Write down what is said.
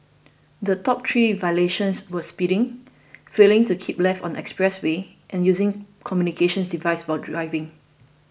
the top three violations were speeding failing to keep left on the expressway and using communications devices while driving